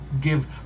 give